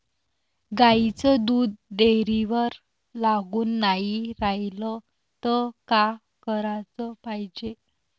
गाईचं दूध डेअरीवर लागून नाई रायलं त का कराच पायजे?